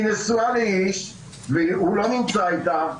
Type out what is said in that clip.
היא נשואה לאיש והוא לא נמצא איתה,